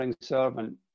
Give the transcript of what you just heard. servant